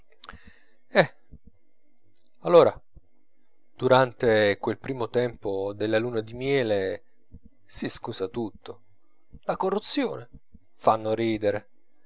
eh allora durante quel primo tempo della luna di miele si scusa tutto la corruzione fanno ridere